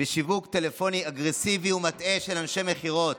ושיווק טלפוני אגרסיבי ומטעה מצד אנשים מכירות,